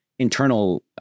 internal